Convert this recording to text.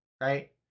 right